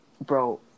bro